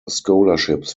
scholarships